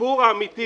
הסיפור האמיתי